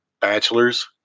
bachelor's